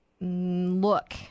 look